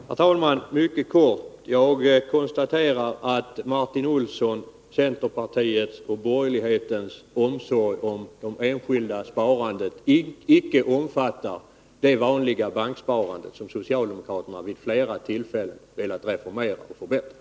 Herr talman! Jag skall fatta mig mycket kort. Jag konstaterar att Martin Olssons, centerpartiets och borgerlighetens omsorg om det enskilda sparandet icke omfattar det vanliga banksparandet, som socialdemokraterna vid flera tillfällen velat reformera och få bättre.